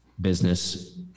business